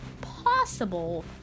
possible